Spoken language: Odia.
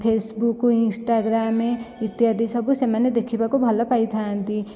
ଫେସବୁକ୍ ଇନ୍ଷ୍ଟାଗ୍ରାମ୍ ଇତ୍ୟାଦି ସବୁ ସେମାନେ ଦେଖିବାକୁ ଭଲପାଇଥାନ୍ତି